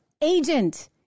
agent